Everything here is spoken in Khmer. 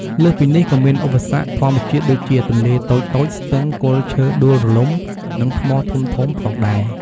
លើសពីនេះក៏មានឧបសគ្គធម្មជាតិដូចជាទន្លេតូចៗ ស្ទឹង គល់ឈើដួលរលំ និងថ្មធំៗផងដែរ។